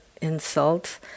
insult